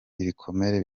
ibikomere